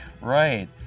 Right